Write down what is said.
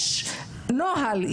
יש נוהל,